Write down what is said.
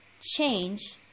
change